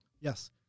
yes